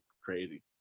crazy